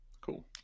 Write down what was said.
Cool